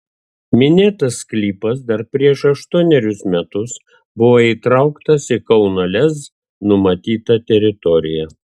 minėtas sklypas dar prieš aštuonerius metus buvo įtrauktas į kauno lez numatytą teritoriją